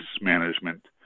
management